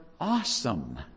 awesome